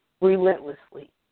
relentlessly